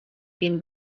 been